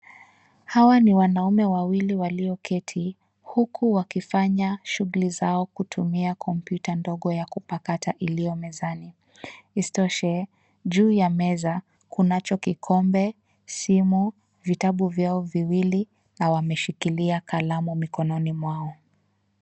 Hawa ni wanaume wawili walioketi, huku wakifanya shughuli zao kutumia kompyuta ndogo ya kupakata iliyo mezani. Isitoshe, juu ya meza kunacho kikombe, simu, vitabu vyao viwili na wameshikilia kalamu mikononi mwao.